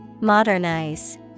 Modernize